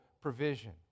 provision